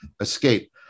escape